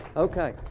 Okay